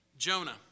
Jonah